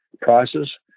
prices